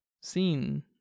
seen